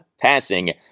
passing